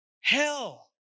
hell